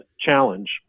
challenge